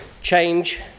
change